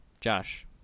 Josh